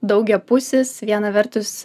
daugiapusis viena vertus